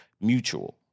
mutual